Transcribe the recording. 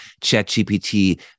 ChatGPT